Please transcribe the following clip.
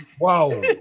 Wow